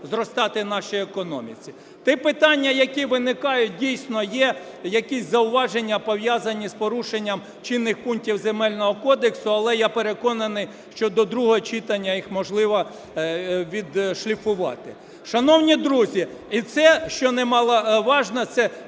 зростати нашій економіці. Ті питання, які виникають, дійсно є якісь зауваження пов'язані з порушенням чинних пунктів Земельного кодексу, але я переконаний, що до другого читання їх можливо відшліфувати. Шановні друзі, і це, що немаловажно, це